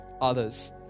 others